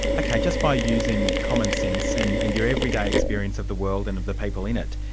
ok, just by using commonsense and and your everyday experience of the world and of the people in it,